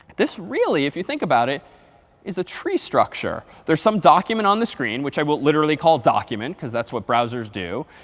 this really if you think about it is a tree structure. there's some document on the screen, which i will literally call document, because that's what browsers do.